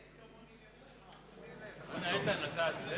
ההצעה להסיר מסדר-היום את הצעת חוק נכסי